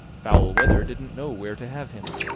foul weather didn't know where to have him.